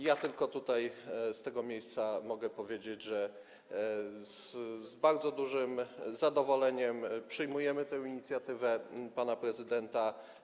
Ja tylko z tego miejsca mogę powiedzieć, że z bardzo dużym zadowoleniem przyjmujemy tę inicjatywę pana prezydenta.